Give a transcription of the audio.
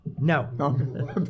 No